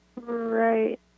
Right